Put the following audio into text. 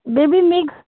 baby mix